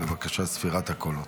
בבקשה, ספירת הקולות.